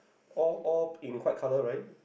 all all in white colour right